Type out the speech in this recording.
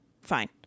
fine